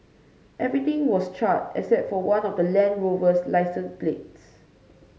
everything was charred except for one of the Land Rover's licence plates